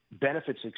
benefits